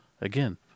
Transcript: Again